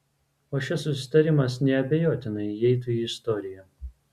o šis susitarimas neabejotinai įeitų į istoriją